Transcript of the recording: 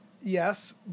Yes